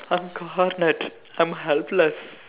I'm cornered I'm helpless